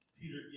Peter